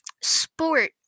sport